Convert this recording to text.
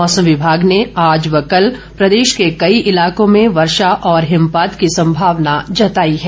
मौसम विभाग ने आज व कल प्रदेश के कई इलाकों में वर्षा और हिमपात की संभावना जताई है